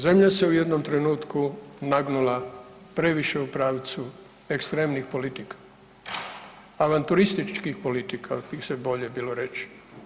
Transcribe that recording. Zemlja se u jednom trenutku nagnula previše u pravcu ekstremnim politika, avanturističkih politika, … [[Govornik se ne razumije]] bolje bilo reći.